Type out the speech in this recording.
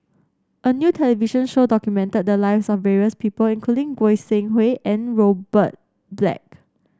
a new television show documented the lives of various people including Goi Seng Hui and Robert Black